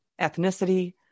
ethnicity